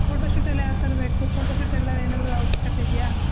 photoshoot ಎಲ್ಲ ಯಾವ ಥರ ಬೇಕು ಫೊಟೋಶೂಟ್ ಎಲ್ಲ ಏನಾದರು ಅವಶ್ಯಕತೆ ಇದ್ಯಾ